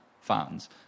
fans